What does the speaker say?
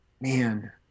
man